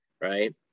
right